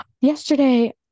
yesterday